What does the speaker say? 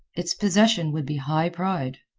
its possession would be high pride.